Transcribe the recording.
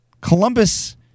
Columbus